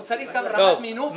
הוא צריך גם רמת מינוף -- טוב.